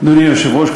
אדוני היושב-ראש,